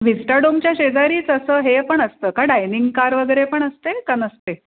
व्हिस्टरडोमच्या शेजारीच असं हे पण असतं का डायनिंग कार वगैरे पण असते का नसते